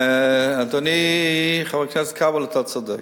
אדוני חבר הכנסת כבל, אתה צודק.